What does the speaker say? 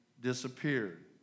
disappeared